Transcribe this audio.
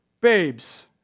babes